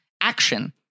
action